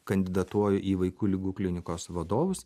kandidatuoju į vaikų ligų klinikos vadovus